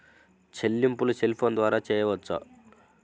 చెల్లింపులు cell phone ద్వారా చేయవచ్చా?